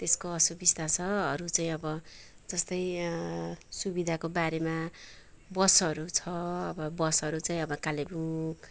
त्यसको असुबिस्ता छ अरू चाहिँ अब जस्तै सुविधाको बारेमा बसहरू छ बसहरू चाहिँ अब कालेबुङ